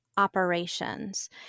operations